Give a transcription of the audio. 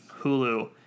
hulu